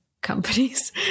companies